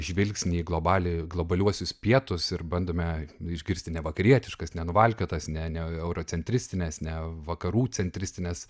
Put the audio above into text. žvilgsnį į globalią globaliuosius pietus ir bandome išgirsti ne vakarietiškas nenuvalkiotas ne ne eurocentristines ne vakarų centristines